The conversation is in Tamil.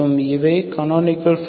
இவை கனோனிக்கள் ஃபார்ம்